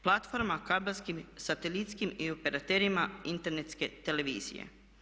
Platforma kabelskim, satelitskim i operaterima internetske televizije.